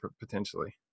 potentially